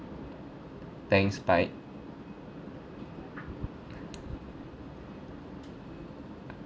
thanks bye